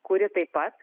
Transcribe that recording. kuri taip pat